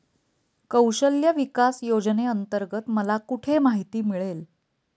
कौशल्य विकास योजनेअंतर्गत मला कुठे माहिती मिळेल?